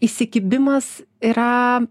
įsikibimas yra